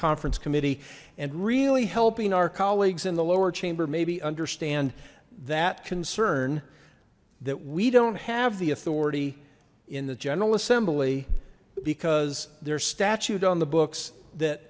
conference committee and really helping our colleagues in the lower chamber maybe understand that concern that we don't have the authority in the general assembly because their statute on the books that